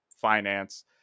Finance